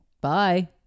Bye